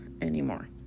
anymore